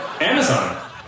Amazon